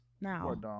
now